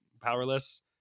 powerless